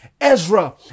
Ezra